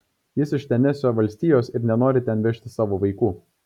jis iš tenesio valstijos ir nenori ten vežti savo vaikų